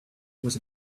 was